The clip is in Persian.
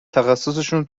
تخصصشون